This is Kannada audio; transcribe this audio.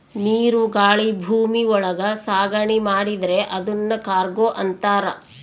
ನೀರು ಗಾಳಿ ಭೂಮಿ ಒಳಗ ಸಾಗಣೆ ಮಾಡಿದ್ರೆ ಅದುನ್ ಕಾರ್ಗೋ ಅಂತಾರ